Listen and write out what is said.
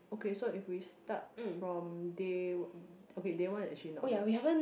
okay so if we start from day okay day one actually not much